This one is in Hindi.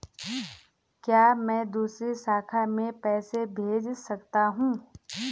क्या मैं दूसरी शाखा में पैसे भेज सकता हूँ?